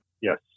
Yes